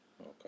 Okay